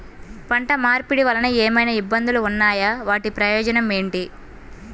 పంట మార్పిడి వలన ఏమయినా ఇబ్బందులు ఉన్నాయా వాటి ప్రయోజనం ఏంటి?